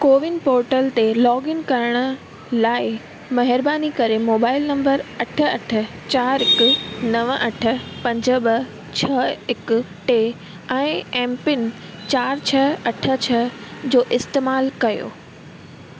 CoWIN portal ते login करण लाइ महिरबानी करे मोबाइल नंबर अठ अठ चारि हिक नव अठ पंज ॿ छह हिक टे ऐं एम पिन चारि छह अठ छह जो इस्तेमाल कयो